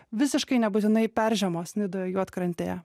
visiškai nebūtinai peržiemos nidoje juodkrantėje